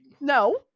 no